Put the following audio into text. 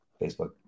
Facebook